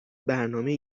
برنامه